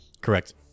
Correct